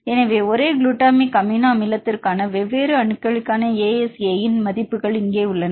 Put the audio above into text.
எனவே ஒரே குளுட்டமிக் அமிலத்திற்கான வெவ்வேறு அணுக்களுக்கான ASA இன் மதிப்புகள் இங்கே உள்ளன